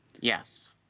Yes